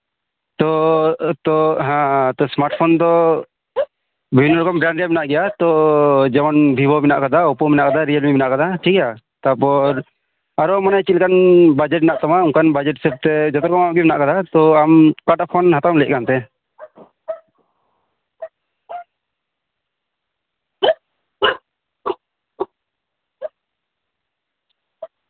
ᱛᱚ ᱛᱚ ᱛᱚ ᱥᱢᱟᱨᱴ ᱯᱷᱳᱱ ᱫᱚ ᱵᱤᱵᱷᱤᱱᱱᱚ ᱨᱚᱠᱚᱢ ᱵᱨᱮᱱᱰ ᱨᱮᱭᱟᱜ ᱢᱮᱱᱟᱜ ᱜᱮᱭᱟ ᱛᱚ ᱡᱮᱢᱚᱱ ᱵᱷᱤᱵᱳ ᱢᱮᱱᱟᱜ ᱠᱟᱱᱟ ᱚᱯᱯᱳ ᱢᱮᱱᱟᱜ ᱠᱟᱫᱟ ᱨᱤᱭᱮᱞᱢᱤ ᱢᱮᱱᱟᱜ ᱠᱟᱫᱟ ᱴᱷᱤᱠ ᱜᱮᱭᱟ ᱛᱟᱯᱚᱨ ᱟᱨᱚ ᱪᱮᱫ ᱞᱮᱠᱟᱱ ᱵᱟᱡᱮᱴ ᱢᱮᱱᱟᱜ ᱛᱟᱢᱟ ᱚᱱᱠᱟᱱ ᱵᱟᱡᱮᱴ ᱦᱤᱥᱟᱹᱵ ᱛᱮ ᱡᱚᱛᱚᱱᱟᱜ ᱜᱮ ᱢᱮᱱᱟᱜ ᱠᱟᱫᱟ ᱛᱚ ᱟᱢ ᱚᱠᱟᱴᱟᱜ ᱯᱷᱳᱱ ᱦᱟᱛᱟᱣᱮᱢ ᱞᱟᱹᱭᱮᱫ ᱠᱟᱱ ᱛᱮ